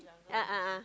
uh a'ah